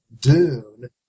Dune